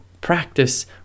practice